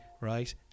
right